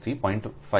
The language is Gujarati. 5 થી 0